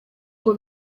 ngo